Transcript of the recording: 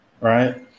Right